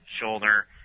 shoulder